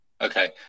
Okay